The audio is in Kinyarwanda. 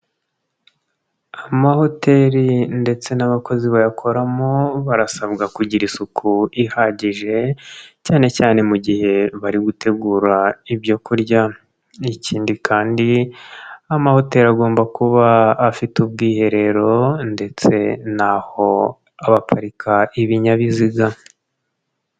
Amahoteli ndetse n'abakozi bayakoramo barasabwa kugira isuku ihagije cyane cyane mu gihe bari gutegura ibyo kurya, ikindi kandi amahoteli agomba kuba afite ubwiherero ndetse naho baparika ibinyabiziga.